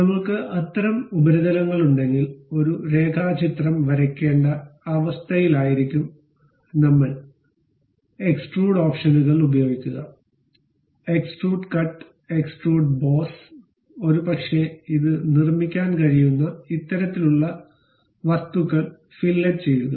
നമ്മൾക്ക് അത്തരം ഉപരിതലങ്ങളുണ്ടെങ്കിൽ ഒരു രേഖാചിത്രം വരയ്ക്കേണ്ട അവസ്ഥയിലായിരിക്കും നമ്മൾഎക്സ്ട്രൂഡ് ഓപ്ഷനുകൾ ഉപയോഗിക്കുക എക്സ്ട്രൂഡ് കട്ട് എക്സ്ട്രൂഡ് ബോസ് ഒരുപക്ഷേ ഇത് നിർമ്മിക്കാൻ കഴിയുന്ന ഇത്തരത്തിലുള്ള വസ്തുക്കൾ ഫില്ലറ്റ് ചെയ്യുക